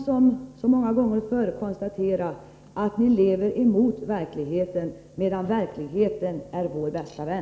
Som så många gånger förr kan jag konstatera att ni lever emot verkligheten, medan för oss verkligheten är vår bästa vän.